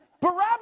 Barabbas